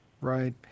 Right